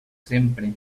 sempre